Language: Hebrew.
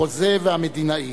החוזה והמדינאי.